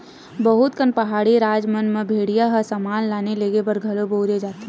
बहुत कन पहाड़ी राज मन म भेड़िया ल समान लाने लेगे बर घलो बउरे जाथे